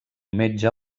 metge